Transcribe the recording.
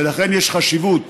ולכן יש חשיבות